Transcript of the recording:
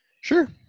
sure